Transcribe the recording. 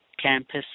campus